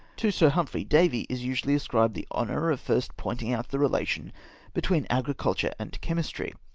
to sir humphry davy is usually ascribed the honour of first pomting out the relation between agriculture and chemistry.